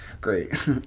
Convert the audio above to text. Great